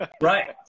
right